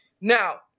Now